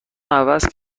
عوض